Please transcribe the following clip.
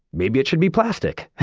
maybe it should be plastic.